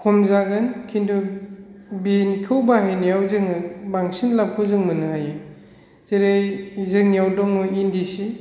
खम जागोन किन्तु बेखौ बाहायनायाव जोङो बांसिन लाबखौ जों मोननो हायो जेरै जोंनियाव दङ इन्दि सि